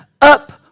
up